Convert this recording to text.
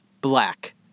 Black